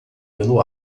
pelo